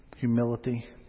humility